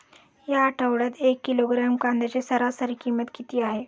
या आठवड्यात एक किलोग्रॅम कांद्याची सरासरी किंमत किती आहे?